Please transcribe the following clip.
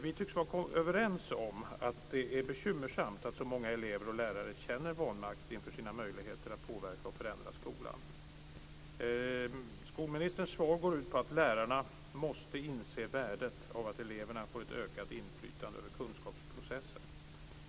Vi tycks dock vara överens om att det är bekymmersamt att så många elever och lärare känner vanmakt inför sina möjligheter att påverka och förändra skolan. Skolministerns svar går ut på att lärarna måste inse värdet av att eleverna får ett ökat inflytande över kunskapsprocessen.